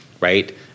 right